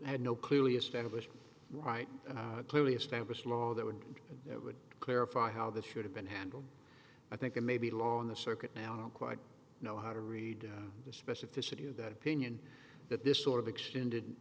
had no clearly established right and clearly established law that would that would clarify how this should have been handled i think it may be law in the circuit now i don't quite know how to read the specificity of that opinion that this sort of extended